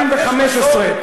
המזכ"ל קיים משנות ה-30.